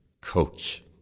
Coach